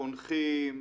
חונכים,